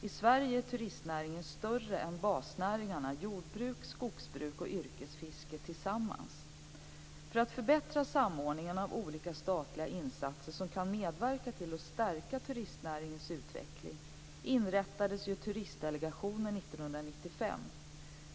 I Sverige är turistnäringen större än basnäringarna jordbruk, skogsbruk och yrkesfiske tillsammans. För att förbättra samordningen av olika statliga insatser som kan medverka till att stärka turistnäringens utveckling inrättades Turistdelegationen 1995.